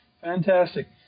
Fantastic